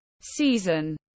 season